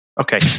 Okay